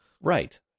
Right